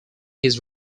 his